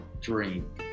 dream